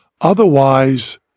Otherwise